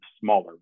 smaller